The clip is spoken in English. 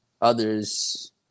others